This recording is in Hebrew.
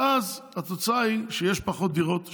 ואז התוצאה היא שיש פחות דירות שנבנות,